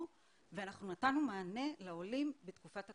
ואנחנו נתנו מענה לעולים בתקופת הקורונה.